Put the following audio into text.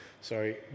sorry